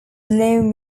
along